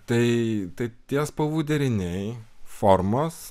tai tai tie spalvų deriniai formos